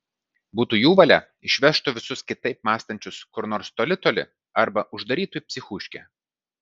būtų jų valia išvežtų visus kitaip mąstančius kur nors toli toli arba uždarytų į psichūškę